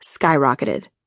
skyrocketed